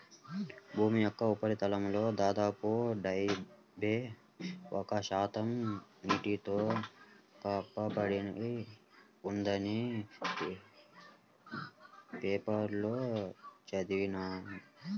భూమి యొక్క ఉపరితలంలో దాదాపు డెబ్బై ఒక్క శాతం నీటితో కప్పబడి ఉందని పేపర్లో చదివాను